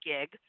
gig